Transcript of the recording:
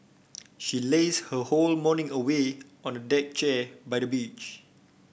she lazed her whole morning away on a deck chair by the beach